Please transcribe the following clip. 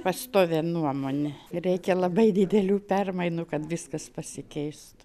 pastovią nuomonę reikia labai didelių permainų kad viskas pasikeistų